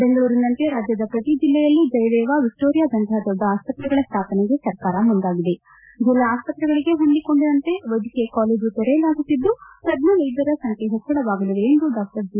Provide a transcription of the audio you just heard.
ಬೆಂಗಳೂರಿನಂತೆ ರಾಜ್ಯದ ಪ್ರತಿ ಜಿಲ್ಲೆಯಲ್ಲೂ ಜಯದೇವ ವಿಕ್ಟೋರಿಯಾದಂತಪ ದೊಡ್ಡ ಆಸ್ಪತ್ರೆಗಳ ಸ್ಥಾಪನೆಗೆ ಸರ್ಕಾರ ಮುಂದಾಗಿದೆ ಜಿಲ್ಲಾ ಆಸ್ತ್ರೆಗಳಿಗೆ ಹೊಂದಿಕೊಂಡಂತೆ ವೈದ್ಯಕೀಯ ಕಾಲೇಜು ತೆರೆಯಲಾಗುತ್ತಿದ್ದು ತಜ್ಞ ವೈದ್ಯರ ಸಂಖ್ಯೆ ಹೆಚ್ಚಳವಾಗಲಿದೆ ಎಂದು ಡಾ ಜಿ